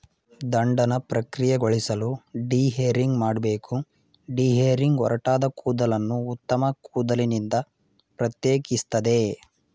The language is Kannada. ದಂಡನ ಪ್ರಕ್ರಿಯೆಗೊಳಿಸಲು ಡಿಹೇರಿಂಗ್ ಮಾಡ್ಬೇಕು ಡಿಹೇರಿಂಗ್ ಒರಟಾದ ಕೂದಲನ್ನು ಉತ್ತಮ ಕೂದಲಿನಿಂದ ಪ್ರತ್ಯೇಕಿಸ್ತದೆ